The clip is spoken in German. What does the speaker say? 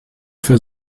für